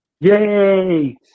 Yay